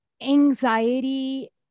anxiety